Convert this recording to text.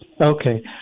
Okay